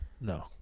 No